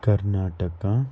Karnataka